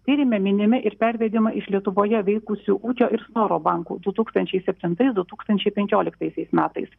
tyrime minimi ir pervedimai iš lietuvoje veikusių ūkio ir snoro bankų du tūkstančiai septintais du tūkstančiai penkioliktaisiais metais